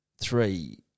three